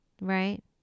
Right